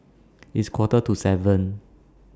its Quarter to seven